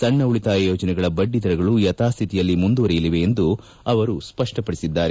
ಸಣ್ಣ ಉಳಿತಾಯ ಯೋಜನೆಗಳ ಬಡ್ಡಿ ದರಗಳು ಯಥಾಸ್ಲಿತಿಯಲ್ಲಿ ಮುಂದುವರಿಯಲಿವೆ ಎಂದು ಅವರು ಸ್ಪಷ್ಷಪಡಿಸಿದ್ದಾರೆ